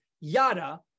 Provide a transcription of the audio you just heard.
yada